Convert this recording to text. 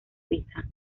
suiza